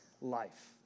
life